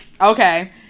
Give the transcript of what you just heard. Okay